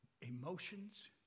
emotions